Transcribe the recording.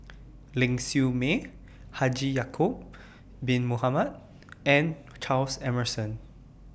Ling Siew May Haji Ya'Acob Bin Mohamed and Charles Emmerson